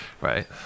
right